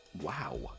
Wow